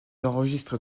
enregistrent